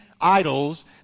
idols